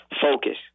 focus